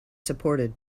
supported